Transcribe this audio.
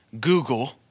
Google